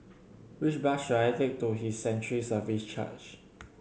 which bus should I take to His Sanctuary Services Church